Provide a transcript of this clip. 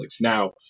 Now